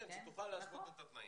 כן, שתוכל להשוות את התנאים.